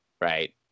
right